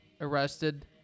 arrested